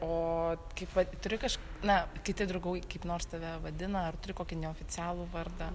o kaip va turi kaž ne kiti draugoi kaip nors tave vadina ar turi kokį neoficialų vardą